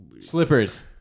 Slippers